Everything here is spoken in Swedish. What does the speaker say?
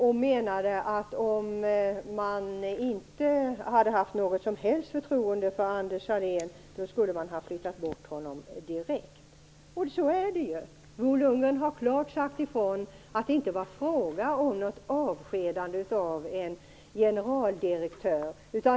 Han menade att man skulle ha flyttat bort Anders Sahlén direkt om det inte hade funnits något som helst förtroende för honom. Så är det. Bo Lundgren har klart sagt ifrån att det inte var fråga om något avskedande av en generaldirektör.